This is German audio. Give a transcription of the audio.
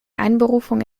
einberufung